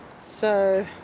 so.